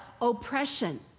Oppression